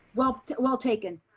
well well taken.